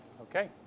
Okay